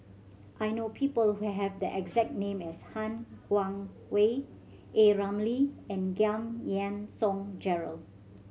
I know people who have the exact name as Han Guangwei A Ramli and Giam Yean Song Gerald